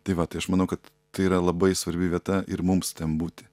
tai va tai aš manau kad tai yra labai svarbi vieta ir mums ten būti